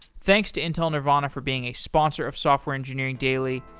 thanks to intel nervana for being a sponsor of software engineering daily,